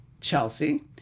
Chelsea